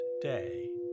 day